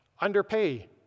underpay